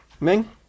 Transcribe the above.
Ming